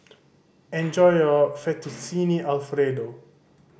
enjoy your Fettuccine Alfredo